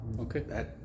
okay